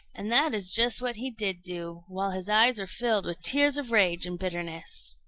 and that is just what he did do, while his eyes were filled with tears of rage and bitterness.